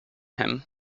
him